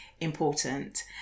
important